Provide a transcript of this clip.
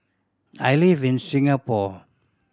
I live in Singapore